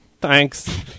Thanks